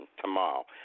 tomorrow